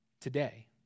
today